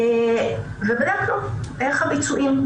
בדקנו איך הביצועים.